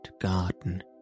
garden